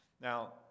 Now